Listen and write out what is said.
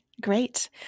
Great